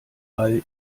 ball